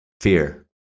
fear